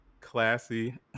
classy